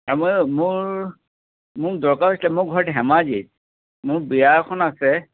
আমাৰ মোৰ মোক দৰকাৰ হৈছিলে মোৰ ঘৰ ধেমাজিত মোৰ বিয়া এখন আছে